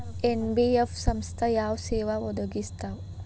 NBF ಸಂಸ್ಥಾ ಯಾವ ಸೇವಾ ಒದಗಿಸ್ತಾವ?